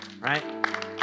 Right